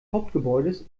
hauptgebäudes